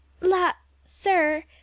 La—sir—